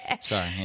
Sorry